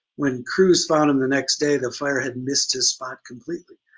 when crews found him the next day the fire had missed his spot completely.